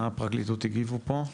מה הפרקליטות הגיבו פה?